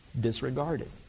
disregarded